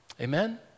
Amen